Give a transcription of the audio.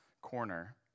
corner